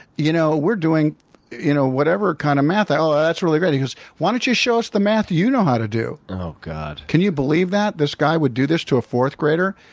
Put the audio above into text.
you know we're doing you know whatever kind of math. i go, ah that's really great. he goes, why don't you show us the math you know how to do? oh, god. can you believe that, this guy would do this to a fourth grader?